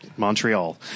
montreal